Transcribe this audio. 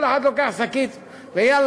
כל אחד לוקח שקית וממלא,